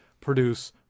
produce